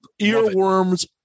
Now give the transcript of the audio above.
earworms